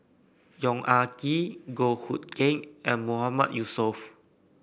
Yong Ah Kee Goh Hood Keng and Mahmood Yusof